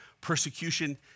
persecution